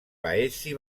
paesi